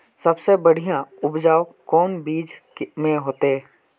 सबसे बढ़िया उपज कौन बिचन में होते?